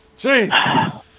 Jeez